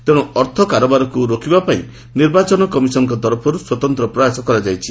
ତେଣୁ ଅର୍ଥ କାରବାରକୁ ରୋକିବାପାଇଁ ନିର୍ବାଚନ କମିଶନ୍ଙ୍କ ତରଫରୁ ସ୍ୱତନ୍ତ ପ୍ରୟାସ କରାଯାଇଛି